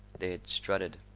they had strutted.